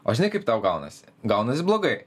o žinai kaip tau gaunasi gaunasi blogai